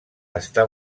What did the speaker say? està